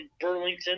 Burlington